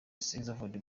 oxford